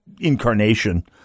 incarnation